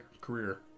career